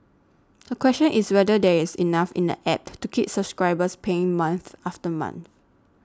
the question is whether there is enough in the App to keep subscribers paying month after month